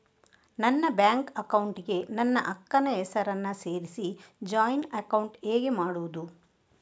ನನ್ನ bank account ಗೆ ನನ್ನ ಅಕ್ಕ ನ ಹೆಸರನ್ನ ಸೇರಿಸಿ ಜಾಯಿನ್ ಅಕೌಂಟ್ ಹೇಗೆ ಮಾಡುದು?